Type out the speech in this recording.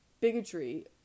Bigotry